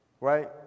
right